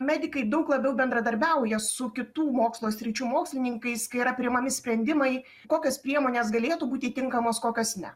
medikai daug labiau bendradarbiauja su kitų mokslo sričių mokslininkais kai yra priimami sprendimai kokios priemonės galėtų būti tinkamos kokios ne